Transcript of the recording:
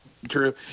True